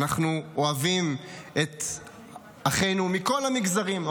אנחנו אוהבים את אחינו מכל המגזרים,